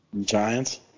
Giants